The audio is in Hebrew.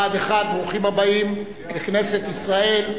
בה"ד 1. ברוכים הבאים לכנסת ישראל.